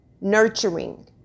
nurturing